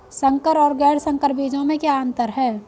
संकर और गैर संकर बीजों में क्या अंतर है?